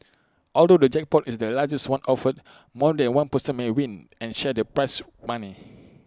although the jackpot is the largest one offered more than one person may win and share the prize money